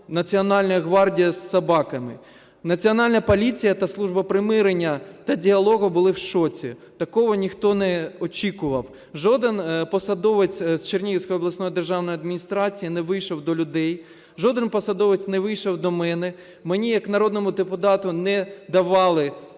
Національної гвардії з собаками. Національна поліція та служба примирення та діалогу були в шоці. Такого ніхто не очікував. Жоден посадовець з Чернігівської обласної державної адміністрації не вийшов до людей. Жоден посадовець не вийшов до мене. Мені як народному депутату не давали змоги